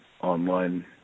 online